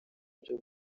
byo